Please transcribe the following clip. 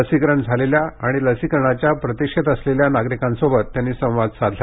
लसीकरण झालेल्या आणि लसीकरणाच्या प्रतिक्षेत असलेल्या नागरीकांशी यावेळी त्यांनी संवाद साधला